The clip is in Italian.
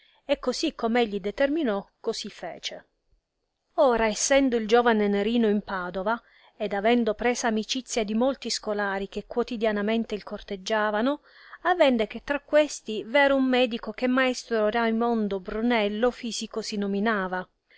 e così com egli determinò così fece ora essendo il giovane nerino in padova ed avendo presa amicizia di molti scolari che quotidianamente il corteggiavano avenne che tra questi v era un medico che maestro raimondo brunello fisico si nominava